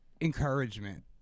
encouragement